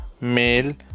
mail